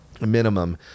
minimum